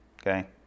okay